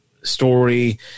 story